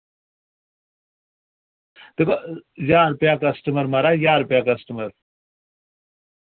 दिक्खो ज्हार रपेया कस्टमर माराज ज्हार रपेया कस्टमर